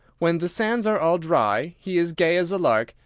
when the sands are all dry, he is gay as a lark,